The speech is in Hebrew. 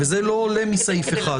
זה לא עולה מסעיף 1,